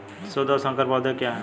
शुद्ध और संकर पौधे क्या हैं?